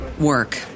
Work